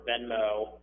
Venmo